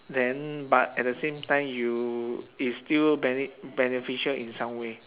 then but at the same time you it's still bene~ beneficial in some way